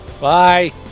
bye